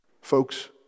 Folks